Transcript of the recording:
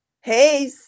Hey